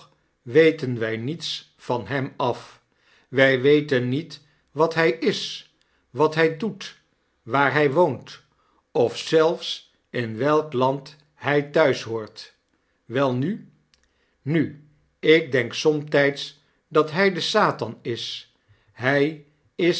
weten wij niets van hem af wij weten niet wat hij is wat hij doet waar hij woont of zelfs in welk land hij thuis behoort welnu nu ik denk somtijds dat hij de satan is hij is